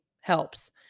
helps